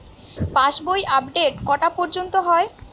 পাশ বই আপডেট কটা পর্যন্ত হয়?